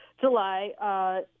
July